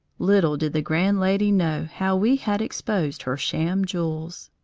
little did the grand lady know how we had exposed her sham jewels.